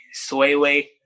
Swayway